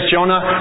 Jonah